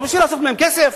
ולא כדי לעשות מהן כסף.